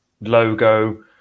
logo